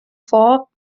vor